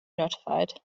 notified